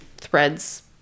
threads